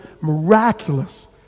miraculous